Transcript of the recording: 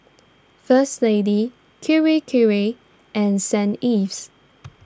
First Lady Kirei Kirei and St Ives